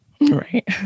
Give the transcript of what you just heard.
Right